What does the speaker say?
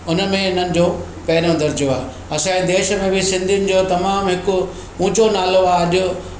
हुन में इन्हनि जो पहिरों दरिजो आहे असांजे देश में बि सिंधियुनि जो तमामु हिकु उंचो नालो आहे अॼु